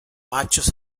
machos